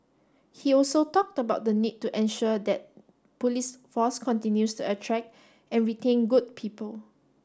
he also talked about the need to ensure that police force continues attract and retain good people